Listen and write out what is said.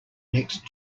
next